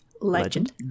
Legend